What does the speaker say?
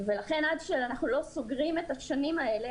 ולכן עד שאנחנו לא סוגרים את השנים האלה,